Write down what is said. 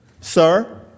sir